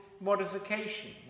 modification